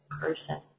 person